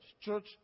Church